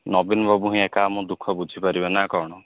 ନବୀନ ବାବୁ ହିଁ ଏକା ଆମ ଦୁଃଖ ବୁଝି ପାରିବେ ନା କ'ଣ